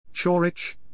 Chorich